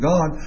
God